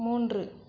மூன்று